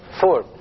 Four